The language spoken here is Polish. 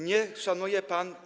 Nie szanuje pan.